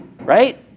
Right